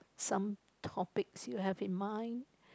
some topics you have in mind